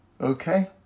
Okay